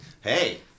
Hey